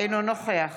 אינו נוכח